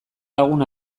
lagun